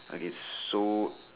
I guess so